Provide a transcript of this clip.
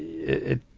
it,